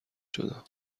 شدم